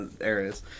areas